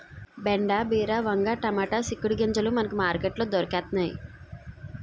బెండ బీర వంగ టమాటా సిక్కుడు గింజలు మనకి మార్కెట్ లో దొరకతన్నేయి